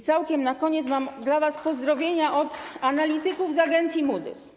Całkiem na koniec mam dla was pozdrowienia od analityków z agencji Moody's.